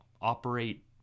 operate